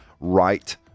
right